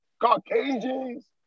Caucasians